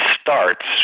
starts